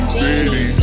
city